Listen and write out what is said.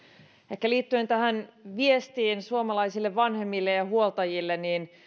ehkä liittyen tähän viestiin suomalaisille vanhemmille ja huoltajille